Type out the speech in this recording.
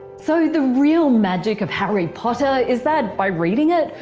so the real magic of harry potter is that, by reading it,